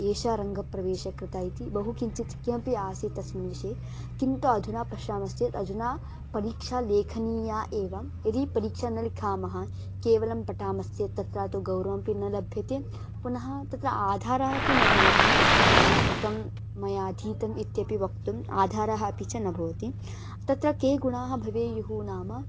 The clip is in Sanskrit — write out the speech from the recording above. एषा रङ्गप्रवेशकर्त्री इति बहु किञ्चित् किमपि आसीत् तस्मिन् विषये किन्तु अधुना पश्यामश्चेत् अधुना परीक्षा लेखनीया एव यदि परीक्षां न लिखामः केवलं पठामश्चेत् तत्र तु गौरवमपि न लभ्यते पुनः तत्र आधारः अपि न भवति मया कृतं मया अधीतम् इत्यपि वक्तुम् आधारः अपि च न भवति तत्र के गुणाः भवेयुः नाम